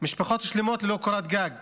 משפחות שלמות ללא קורת גג.